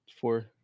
Four